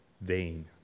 vain